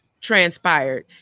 transpired